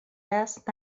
است